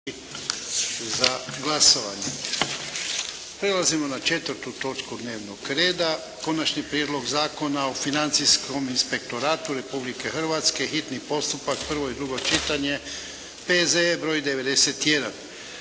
Ivan (HDZ)** Prelazimo na 4. točku dnevnog reda: - Konačni prijedlog zakona o financijskom inspektoratu Republike Hrvatske, hitni postupak, prvo i drugo čitanje, P.Z.E. br. 91